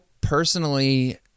personally